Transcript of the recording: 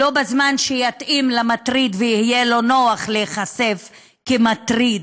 לא בזמן שיתאים למטריד ויהיה לו נוח להיחשף כמטריד,